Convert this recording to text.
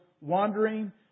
wandering